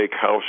house